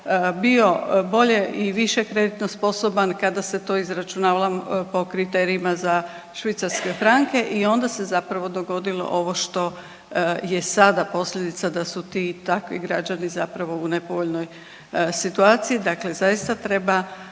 bio bolje i više kreditno sposoban kada se to izračunavalo po kriterijima za švicarske franke i onda se zapravo dogodilo ovo što je sada posljedica da su ti i takvi građani zapravo u nepovoljnoj situaciji. Dakle, zaista treba